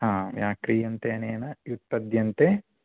हा व्याक्रियन्ते अनेन व्युत्पद्यन्ते